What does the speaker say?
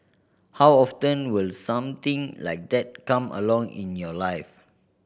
how often will something like that come along in your life